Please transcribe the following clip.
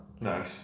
Nice